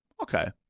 Okay